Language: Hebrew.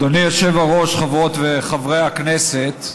אדוני היושב-ראש, חברות וחברי הכנסת,